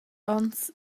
ons